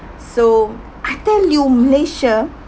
so I tell you malaysia